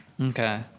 Okay